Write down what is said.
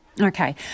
Okay